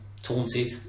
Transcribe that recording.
taunted